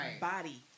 body